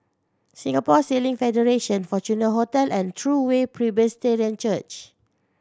Singapore Sailing Federation Fortuna Hotel and True Way Presbyterian Church